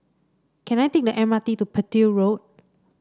can I take the M R T to Petir Road